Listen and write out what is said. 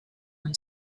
ahal